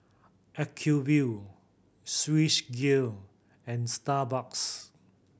Acuvue Swissgear and Starbucks